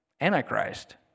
Antichrist